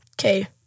okay